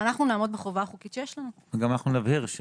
אנחנו נעמוד בחובה החוקית שיש לנו.